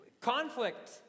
Conflict